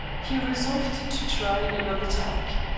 he resolved to try another tack.